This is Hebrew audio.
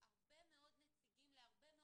חברי המועצה או לגבי האחרים.